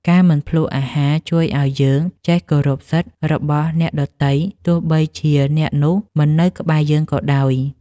ការមិនភ្លក្សអាហារជួយឱ្យយើងចេះគោរពសិទ្ធិរបស់អ្នកដទៃទោះបីជាអ្នកនោះមិននៅក្បែរយើងក៏ដោយ។